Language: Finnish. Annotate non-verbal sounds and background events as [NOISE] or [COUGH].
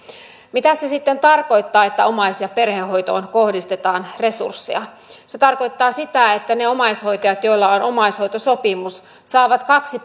mitä se sitten tarkoittaa että omais ja perhehoitoon kohdistetaan resursseja se tarkoittaa sitä että ne omaishoitajat joilla on omaishoitosopimus saavat kaksi [UNINTELLIGIBLE]